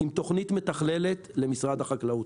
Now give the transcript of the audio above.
עם תכנית מתכללת למשרד החקלאות.